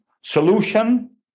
Solution